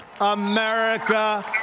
America